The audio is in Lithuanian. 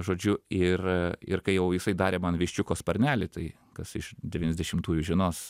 žodžiu ir ir kai jau jisai darė man viščiuko sparnelį tai kas iš devyniasdešimtųjų žinos